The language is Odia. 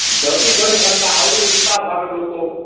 ଯଦି କରିଥାନ୍ତା ଆହୁରି ଉତ୍ସାହ ଭାବରେ ଲୋକ